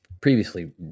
previously